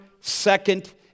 second